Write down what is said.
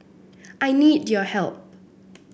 I need your help